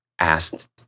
asked